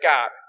God